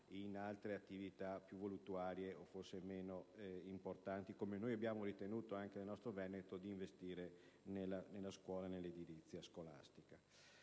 Grazie